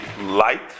light